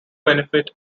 benefit